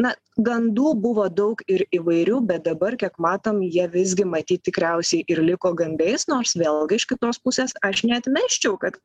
na gandų buvo daug ir įvairių bet dabar kiek matom jie visgi matyt tikriausiai ir liko gandais nors vėlgi iš kitos pusės aš neatmesčiau kad